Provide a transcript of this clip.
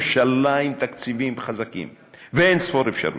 ממשלה עם תקציבים חזקים ואין-ספור אפשרויות.